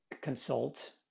consult